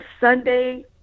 Sunday